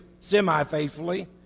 semi-faithfully